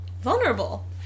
Vulnerable